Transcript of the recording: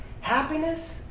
happiness